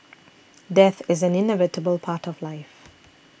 death is an inevitable part of life